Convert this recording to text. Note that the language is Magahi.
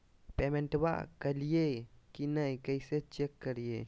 पेमेंटबा कलिए की नय, कैसे चेक करिए?